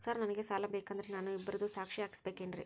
Sir ನನಗೆ ಸಾಲ ಬೇಕಂದ್ರೆ ನಾನು ಇಬ್ಬರದು ಸಾಕ್ಷಿ ಹಾಕಸಬೇಕೇನ್ರಿ?